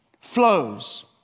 flows